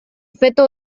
feto